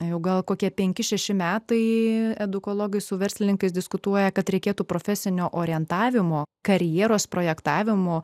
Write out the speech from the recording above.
jau gal kokie penki šeši metai edukologai su verslininkais diskutuoja kad reikėtų profesinio orientavimo karjeros projektavimo